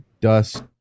dust